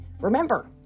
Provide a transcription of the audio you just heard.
Remember